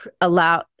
allow